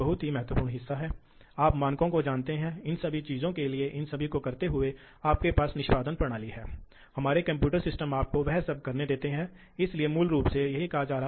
तो ये spurious load torques हैं इसलिए वजन के कारण आपको घर्षण होता है आपको असर प्रतिक्रिया होती है और यह मुख्य बल है जो काटने का बल है